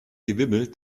gewimmel